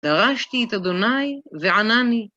דרשתי את ה' וענני.